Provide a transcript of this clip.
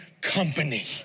company